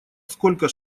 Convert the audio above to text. сколько